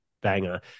banger